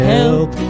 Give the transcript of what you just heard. Help